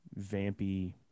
vampy